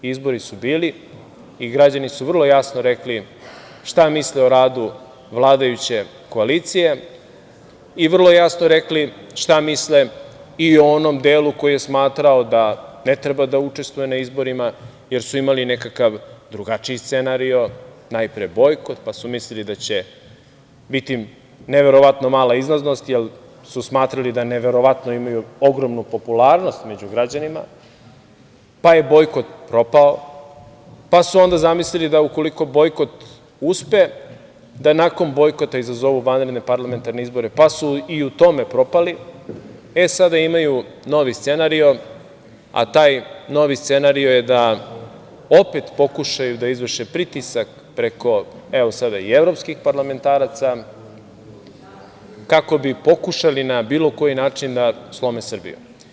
Izbori su bili i građani su vrlo jasno rekli šta misle o radu vladajuće koalicije i vrlo jasno rekli šta misle i o onom delu koji je smatrao da ne treba da učestvuje na izborima, jer su imali nekakav drugačiji scenario, najpre bojkot, pa su mislili da će im biti neverovatno mala izlaznost, jer su smatrali da neverovatno imaju ogromnu popularnu među građanima, pa je bojkot propao, pa su onda zamislili da ukoliko bojkot uspe, da nakon bojkota izazovu vanredne parlamentarne izbore, pa su i u tome propali, e sada imaju novi scenario, a taj novi scenario je da opet pokušaju da izvrše pritisak preko evo sada i evropskih parlamentaraca, kako bi pokušali na bilo koji način da slome Srbiju.